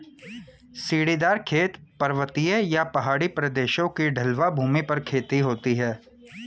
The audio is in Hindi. सीढ़ीदार खेत, पर्वतीय या पहाड़ी प्रदेशों की ढलवां भूमि पर खेती होती है